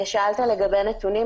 שאלת לגבי נתונים.